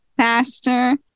faster